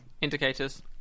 Indicators